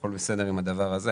הכול בסדר עם הדבר הזה.